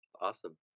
awesome